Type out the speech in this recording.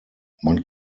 man